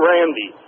Randy